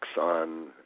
on